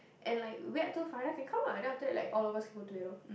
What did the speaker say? and like wait until Fada can come lah and then after that like all of us can go together